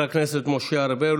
חבר הכנסת משה ארבל,